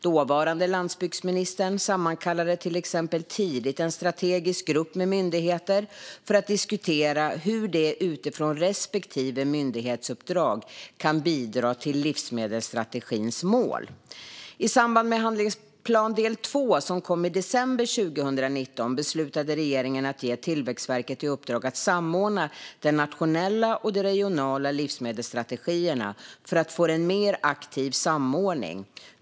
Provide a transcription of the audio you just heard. Dåvarande landsbygdsministern sammankallade till exempel tidigt en strategisk grupp med myndigheter för att diskutera hur de utifrån respektive myndighetsuppdrag kan bidra till livsmedelsstrategins mål. I samband med handlingsplan del 2, som kom i december 2019, beslutade regeringen att ge Tillväxtverket i uppdrag att samordna den nationella och de regionala livsmedelsstrategierna för att få en mer aktiv samordning.